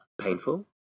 Painful